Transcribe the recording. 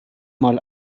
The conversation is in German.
mal